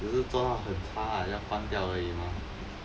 只是做到很差啊要关掉而已嘛